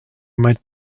might